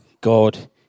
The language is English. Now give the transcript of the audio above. God